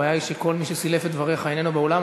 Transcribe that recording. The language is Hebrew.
הבעיה היא שכל מי שסילף את דבריך איננו באולם.